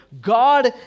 God